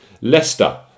Leicester